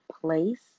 place